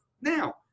now